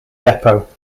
depot